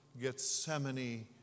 Gethsemane